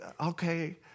okay